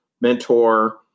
mentor